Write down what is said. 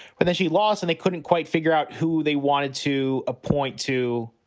but then she lost and they couldn't quite figure out who they wanted to appoint to